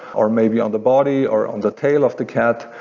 or maybe on the body, or on the tail of the cat.